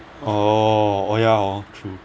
oo oh ya hor true